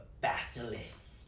basilisk